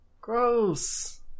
Gross